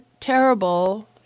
terrible